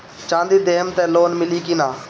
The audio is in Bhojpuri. चाँदी देहम त लोन मिली की ना?